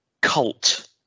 cult